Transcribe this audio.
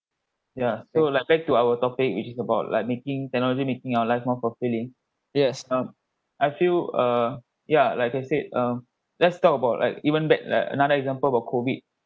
ya so like back to our topic which is about like making technology making our life more fulfilling um I feel err yeah like I said um let's talk about like even bad like another example about COVID